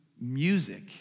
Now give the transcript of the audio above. music